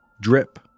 drip